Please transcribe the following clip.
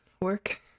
work